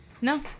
No